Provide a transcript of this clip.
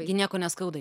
gi nieko neskauda